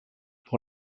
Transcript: pour